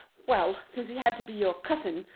well, since he had to be your cousin,